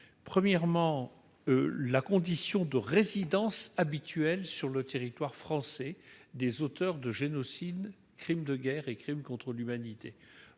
premier est la condition de résidence habituelle sur le territoire français des auteurs de génocide, de crimes de guerre ou de crimes contre l'humanité.